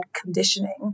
conditioning